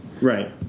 right